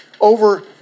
Over